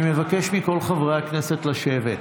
אני מבקש מכל חברי הכנסת לשבת.